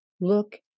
look